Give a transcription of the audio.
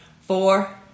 four